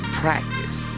practice